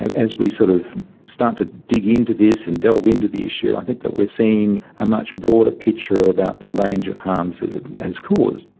as we sort of start to dig into this and delve into the issue i think that we're seeing a much broader picture about the range of harms that it has caused.